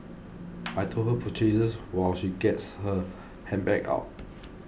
I hold her purchases while she gets her handbag out